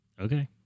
okay